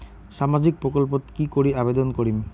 সামাজিক প্রকল্পত কি করি আবেদন করিম?